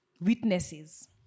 witnesses